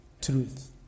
truth